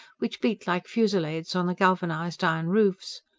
which beat like fusillades on the galvanised iron roofs.